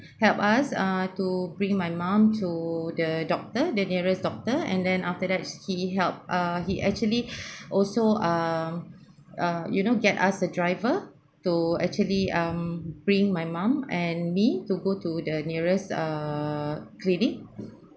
help us ah to bring my mum to the doctor the nearest doctor and then after that he help uh he actually also err uh you know get us a driver to actually um bring my mum and me to go to the nearest err clinic